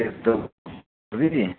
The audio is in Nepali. त्यस्तो नि